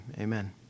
amen